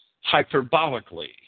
hyperbolically